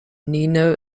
nino